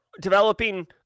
developing